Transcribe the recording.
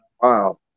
Wow